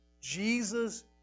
Jesus